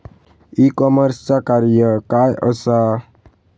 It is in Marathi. ई कॉमर्सचा कार्य काय असा?